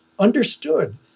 Understood